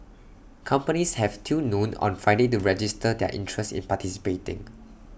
companies have till noon on Friday to register their interest in participating